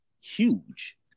huge